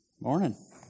Morning